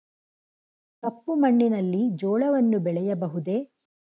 ಕಪ್ಪು ಮಣ್ಣಿನಲ್ಲಿ ಜೋಳವನ್ನು ಬೆಳೆಯಬಹುದೇ?